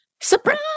surprise